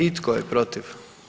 I tko je protiv?